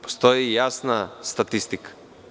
Postoji jasna statistika.